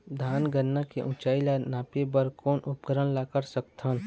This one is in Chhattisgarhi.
धान गन्ना के ऊंचाई ला नापे बर कोन उपकरण ला कर सकथन?